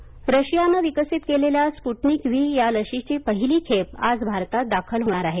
Sputnik रशियानं विकसीत केलेल्या स्पुटनिक व्ही या लशीची पहिली खेप आज भारतात दाखल होणार आहे